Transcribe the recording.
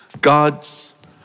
God's